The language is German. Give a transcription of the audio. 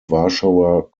warschauer